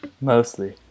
Mostly